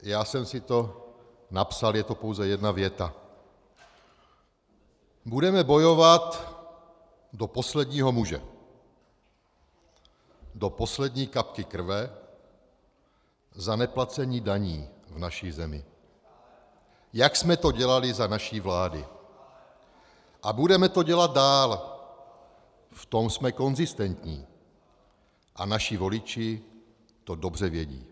Já jsem si to napsal, je to pouze jedna věta: Budeme bojovat do posledního muže, do poslední kapky krve za neplacení daní v naší zemi, jak jsme to dělali za naší vlády, a budeme to dělat dále, v tom jsme konzistentní, a naši voliči to dobře vědí.